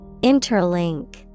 Interlink